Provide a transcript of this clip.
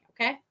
Okay